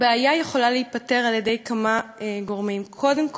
הבעיה יכולה להיפתר על-ידי כמה גורמים: קודם כול,